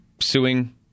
suing